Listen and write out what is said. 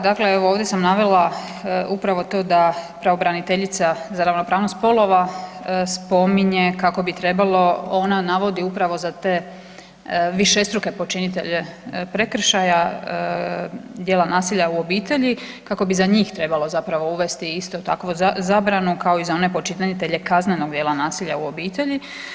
Da, dakle, evo, ovdje sam navela upravo to da pravobraniteljica za ravnopravnost spolova spominje kako bi trebalo, ona navodi upravo za to višestruke počinitelje prekršaja djela nasilja u obitelji, kako bi za njih trebalo zapravo uvesti isto tako, zabranu kao i za one počinitelje kaznenog djela nasilja u obitelji.